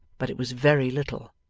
but it was very little,